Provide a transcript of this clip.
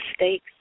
mistakes